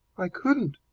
i couldn't.